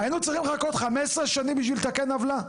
היינו צריכים לחכות 15 שנים בשביל לתקן עוולה?